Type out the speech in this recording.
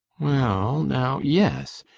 well now, yes.